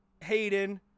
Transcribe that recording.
Hayden